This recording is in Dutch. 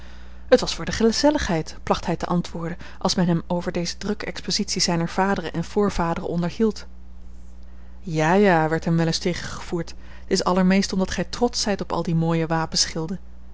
het was voor de gezelligheid placht hij te antwoorden als men hem over deze drukke expositie zijner vaderen en voorvaderen onderhield ja ja werd hem wel eens tegengevoerd t is allermeest omdat gij trotsch zijt op al die mooie wapenschilden